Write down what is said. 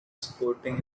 sporting